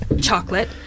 chocolate